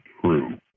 true